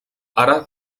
ara